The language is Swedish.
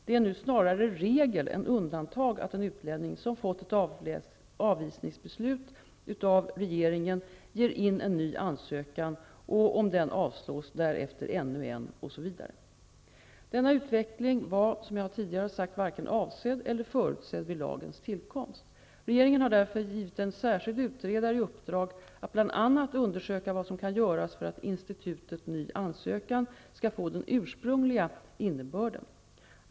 Det är nu snarare regel än undantag att en utlänning som fått ett avvisningsbeslut av regeringen lämnar in en ny ansökan och, om den avslås, därefter ännu en, osv. Denna utveckling var, som jag tidigare har sagt, varken avsedd eller förutsedd vid lagens tillkomst. Regeringen har därför givit en särskild utredare i uppdrag att bl.a. undersöka vad som kan göras för att institutet ny ansökan skall få den ursprungliga innebörden.